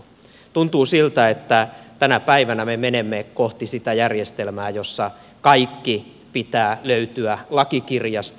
tuntuu siltä että tänä päivänä me menemme kohti järjestelmää jossa kaiken pitää löytyä lakikirjasta